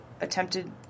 attempted